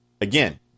again